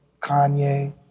Kanye